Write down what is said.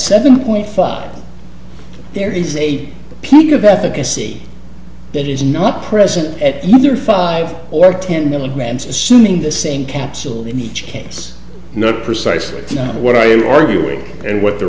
seven point five there is a peak of efficacy that is not present at either five or ten milligrams assuming the same capsule in each case not precisely what are you arguing and what the